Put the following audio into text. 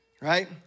right